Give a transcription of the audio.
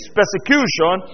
persecution